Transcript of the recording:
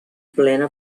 plena